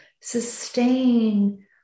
sustain